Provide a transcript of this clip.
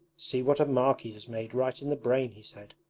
see what a mark he has made right in the brain he said.